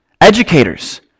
educators